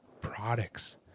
products